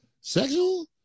sexual